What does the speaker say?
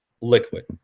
liquid